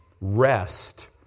rest